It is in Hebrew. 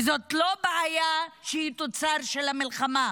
וזאת לא בעיה שהיא תוצר של המלחמה,